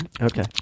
Okay